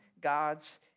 God's